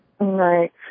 Right